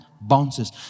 bounces